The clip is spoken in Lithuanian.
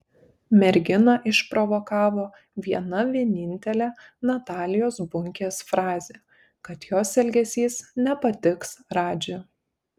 merginą išprovokavo viena vienintelė natalijos bunkės frazė kad jos elgesys nepatiks radži